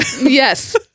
Yes